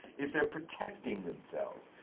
if they're protecting themselves.